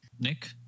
Nick